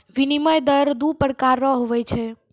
विनिमय दर दू प्रकार रो हुवै छै